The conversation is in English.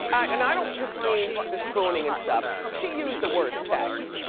yeah and i don't just mean the spooning and stuff. she used the word sex.